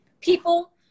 people